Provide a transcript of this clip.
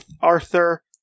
Arthur